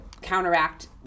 counteract